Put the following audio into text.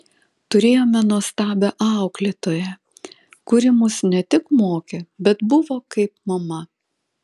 turėjome nuostabią auklėtoją kuri mus ne tik mokė bet buvo kaip mama